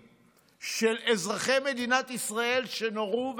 שבהם אזרחי מדינת ישראל נורו ונהרגו.